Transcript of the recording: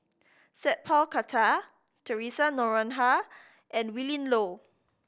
Sat Pal Khattar Theresa Noronha and Willin Low